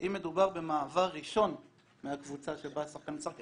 אם מדובר במעבר ראשון מהקבוצה שבה שחקן משחק,